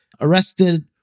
arrested